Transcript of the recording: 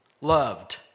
loved